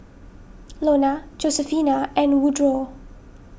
Lona Josefina and Woodroe